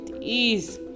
ease